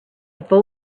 full